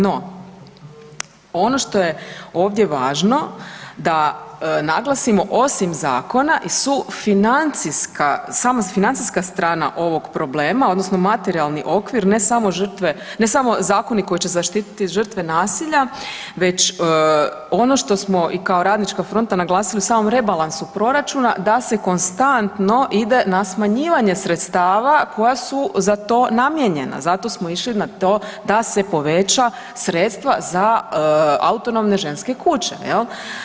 No, ono što je ovdje važno, da naglasimo osim zakona i sufinancijska, sama financijska strana ovog problema, odnosno materijalni okvir, ne samo žrtve, ne samo zakoni koji će zaštiti žrtve nasilja već ono što smo i kao Radnička fronta naglasili u samom rebalansu proračuna, da se konstantno ide na smanjivanje sredstava koja su za to namijenjena, zato smo išli na to da se poveća sredstva za autonomne ženske kuće, je li?